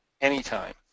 anytime